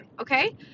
Okay